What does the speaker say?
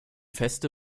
feste